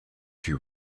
she